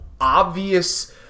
obvious